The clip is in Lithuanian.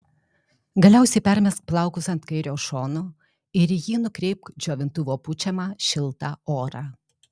galiausiai permesk plaukus ant kairio šono ir į jį nukreipk džiovintuvo pučiamą šiltą orą